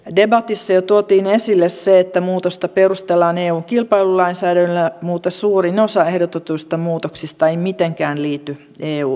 debatissa jo tuotiin esille se että muutosta perustellaan eun kilpailulainsäädännöllä mutta suurin osa ehdotetuista muutoksista ei mitenkään liity eu lainsäädäntöön